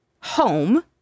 home